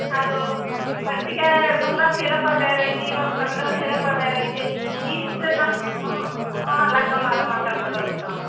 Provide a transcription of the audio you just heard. ಅದು ಪಸ್ಟಿಗೇ ನುಂಗಕ್ಕೆ ಸಿರಪಾ ಬೇರೆ ಐತಿ ಇವಾಗ ತಂದಿರೋ ಸಿರಪಾ ಬೇರೆ ಐತಿ ಈ ಇದು ನಮ್ಮ ಹಾಂ ಆಂ ಲಕ್ಕಮ್ಮ ಅವ್ರೇ ಮಾತಾಡ್ತಿರೋದು ನಾವು